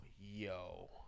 Yo